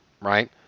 right